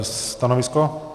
Stanovisko?